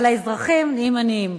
אבל האזרחים נהיים עניים.